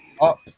up